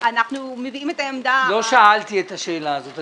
אנחנו מביעים את העמדה -- לא שאלתי את השאלה הזאת.